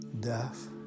death